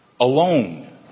alone